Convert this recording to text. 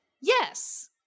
Yes